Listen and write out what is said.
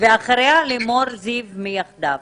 אחריה לימור זיו מ"יחדיו".